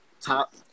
Top